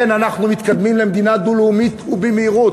כן, אנחנו מתקדמים למדינה דו-לאומית, ובמהירות.